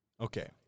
okay